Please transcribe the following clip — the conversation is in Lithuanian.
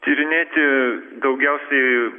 tyrinėti daugiausiai